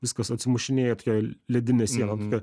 viskas atsimušinėja į tokią ledinę sieną tokią